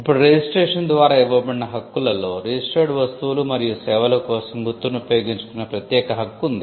ఇప్పుడు రిజిస్ట్రేషన్ ద్వారా ఇవ్వబడిన హక్కులలో రిజిస్టర్డ్ వస్తువులు మరియు సేవల కోసం గుర్తును ఉపయోగించుకునే ప్రత్యేక హక్కు ఉంది